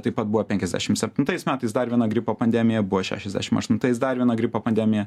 taip pat buvo penkiasdešim septintais metais dar viena gripo pandemija buvo šešiasdešim aštuntais dar viena gripo pandemija